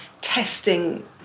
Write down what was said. testing